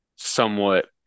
Somewhat